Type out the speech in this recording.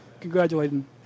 congratulating